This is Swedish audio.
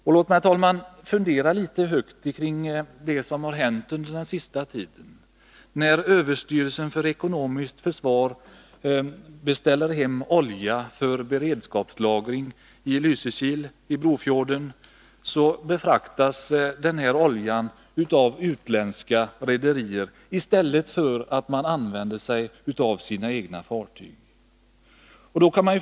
Tillåt mig, herr talman, att fundera litet högt kring det som har hänt under den senaste tiden. När överstyrelsen för ekonomiskt försvar beställer hem olja för beredskapslagring i Lysekil i Brofjorden, befraktas den oljan av utländska rederier, i stället för att svenska staten utnyttjar sina egna fartyg.